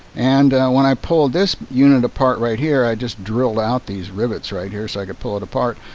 and when i pulled this unit apart right here i just drilled out these rivets right here, so i could pull it apart.